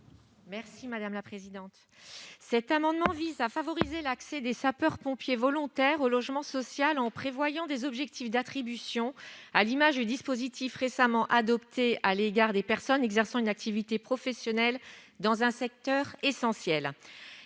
Mme Toine Bourrat. Cet amendement vise à favoriser l'accès des sapeurs-pompiers volontaires au logement social en prévoyant des objectifs d'attribution, à l'image du dispositif récemment adopté à l'égard des personnes exerçant une activité professionnelle dans un secteur essentiel.